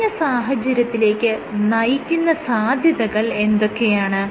മേല്പറഞ്ഞ സാഹചര്യത്തിലേക്ക് നയിക്കുന്ന സാധ്യതകൾ എന്തൊക്കെയാണ്